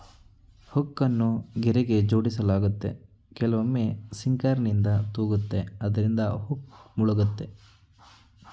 ಹುಕ್ಕನ್ನು ಗೆರೆಗೆ ಜೋಡಿಸಲಾಗುತ್ತೆ ಕೆಲವೊಮ್ಮೆ ಸಿಂಕರ್ನಿಂದ ತೂಗುತ್ತೆ ಅದ್ರಿಂದ ಹುಕ್ ಮುಳುಗುತ್ತೆ